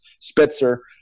Spitzer